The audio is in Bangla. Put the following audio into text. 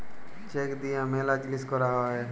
চেক দিয়া ম্যালা জিলিস ক্যরা হ্যয়ে